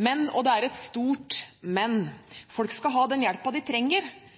Men – og det er et stort men – folk skal ha den hjelpen de trenger,